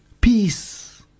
peace